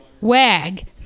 wag